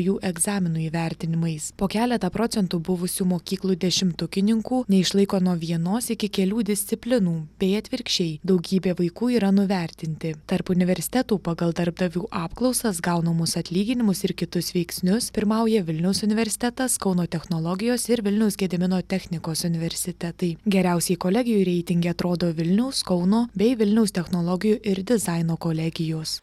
jų egzaminų įvertinimais po keletą procentų buvusių mokyklų dešimtukininkų neišlaiko nuo vienos iki kelių disciplinų bei atvirkščiai daugybė vaikų yra nuvertinti tarp universitetų pagal darbdavių apklausas gaunamus atlyginimus ir kitus veiksnius pirmauja vilniaus universitetas kauno technologijos ir vilniaus gedimino technikos universitetai geriausiai kolegijų reitinge atrodo vilniaus kauno bei vilniaus technologijų ir dizaino kolegijos